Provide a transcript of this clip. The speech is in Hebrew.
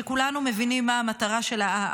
שכולנו מבינים מה המטרה שלה,